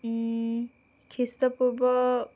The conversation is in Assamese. খ্ৰীষ্টপূৰ্ব